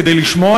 כדי לשמוע,